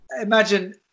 imagine